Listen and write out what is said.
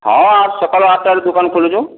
ହଁ ସକାଳ ଆଠ ଟାରେ ଦୋକାନ ଖୋଲୁଛୁ